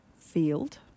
field